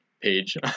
page